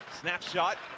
Snapshot